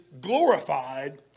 glorified